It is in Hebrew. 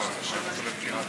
נא לשבת.